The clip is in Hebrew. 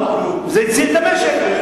היית שר האוצר יחד עם ביבי במשרד האוצר,